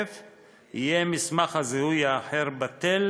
מסמך זיהוי אחר בתוקף,